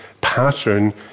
pattern